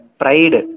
pride